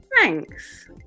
Thanks